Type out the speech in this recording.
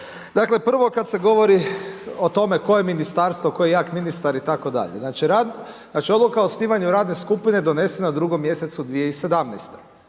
Dakle, prvo kada se govori o tome koje Ministarstvo, tko je jak ministar itd. Znači, odluka o osnivanju radne skupine donesena je u drugom mjesecu 2017.